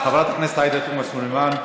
חברת הכנסת עאידה תומא סלימאן,